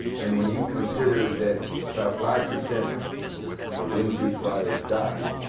and when you consider that about five percent of wingsuit flyers die,